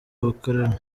ubukoroni